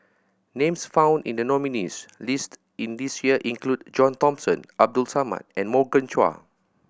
names found in the nominees' list in this year include John Thomson Abdul Samad and Morgan Chua